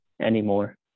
anymore